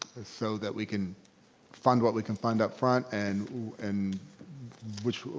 so that we can fund what we can fund upfront and and which,